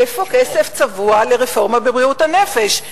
איפה כסף צבוע לרפורמה בבריאות הנפש?